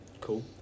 Cool